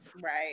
Right